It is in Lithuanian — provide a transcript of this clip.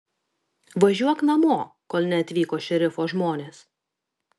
važiuok namo kol neatvyko šerifo žmonės